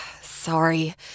sorry